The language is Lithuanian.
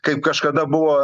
kaip kažkada buvo